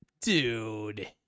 Dude